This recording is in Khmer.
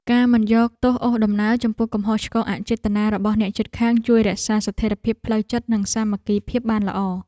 ការមិនយកទោសអូសដំណើរចំពោះកំហុសឆ្គងអចេតនារបស់អ្នកជិតខាងជួយរក្សាស្ថិរភាពផ្លូវចិត្តនិងសាមគ្គីភាពបានល្អ។